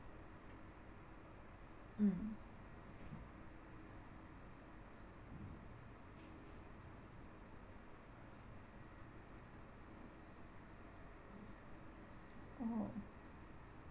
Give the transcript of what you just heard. mm oh